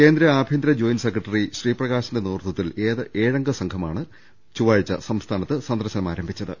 കേന്ദ്ര ആഭ്യന്തര joint secretary ശ്രീപ്രകാശിന്റെ നേതൃത്വ ത്തിൽ ഏഴംഗ സംഘമാണ് ചൊവ്വാഴ്ച സംസ്ഥാനത്ത് സന്ദർശനം ആരംഭിച്ചത്